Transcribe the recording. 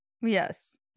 Yes